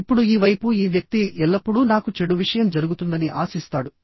ఇప్పుడు ఈ వైపు ఈ వ్యక్తి ఎల్లప్పుడూ నాకు చెడు విషయం జరుగుతుందని ఆశిస్తాడు